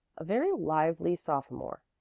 a very lively sophomore,